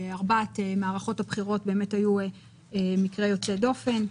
שארבע מערכות הבחירות היו באמת מקרה יוצא דופן.